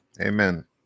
amen